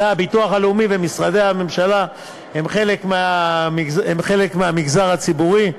הביטוח הלאומי ומשרדי הממשלה הם חלק מהמגזר הציבורי.